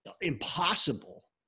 impossible